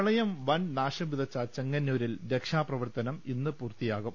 പ്രളയം വൻ നാശം വിതച്ച ചെങ്ങന്നൂരിൽ രക്ഷാപ്രവർത്തനം ഇന്ന് പൂർത്തിയാകും